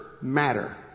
matter